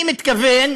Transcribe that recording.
אני מתכוון